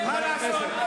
אני אוציא אותך.